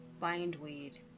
bindweed